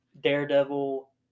Daredevil